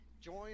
join